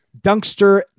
Dunkster